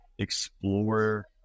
Explore